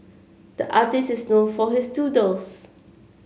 the artist is known for his doodles